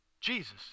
Jesus